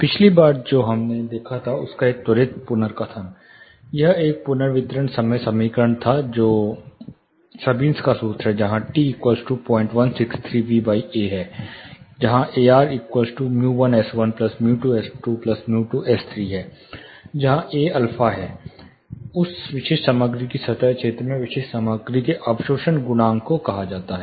पिछली बार जो हमने देखा था उसका एक त्वरित पुनर्कथन यह एक पुनर्वितरण समय समीकरण था यह सबीन्स का सूत्र है जहां T 0163 V r A Ar µ1 S1µ2 S2µ3 S3 जहाँ A α है उस विशिष्ट सामग्री के सतह क्षेत्र में विशिष्ट सामग्री के अवशोषण गुणांक को कहा जाता है